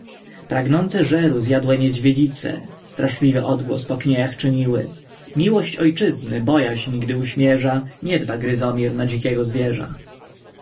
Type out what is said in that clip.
pragnące żeru zjadłe niedźwiedzice straszliwy odgłos po kniejach czyniły miłość ojczyzny bojaźń gdy uśmierza nie dba gryzomir na dzikiego zwierza